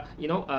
you know,